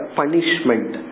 punishment